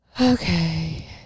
Okay